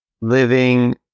living